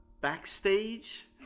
backstage